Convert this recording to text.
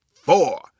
four